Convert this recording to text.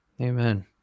Amen